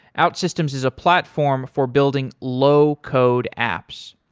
outsystems is a platform for building low code apps.